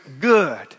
good